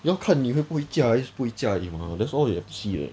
要看你会不会驾还是不会驾而已吗 that's all you have to see